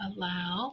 Allow